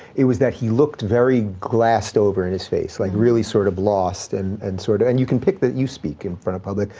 it was that he looked very glassed over in his face, like really sort of lost and and sorta, and you can pick that. you speak in front of public.